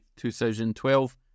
2012